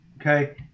Okay